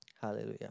Hallelujah